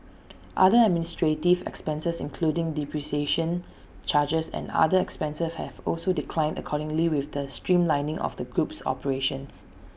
other administrative expenses including depreciation charges and other expenses have also declined accordingly with the streamlining of the group's operations